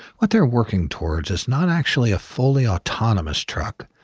what they're working towards is not actually a fully autonomous truck,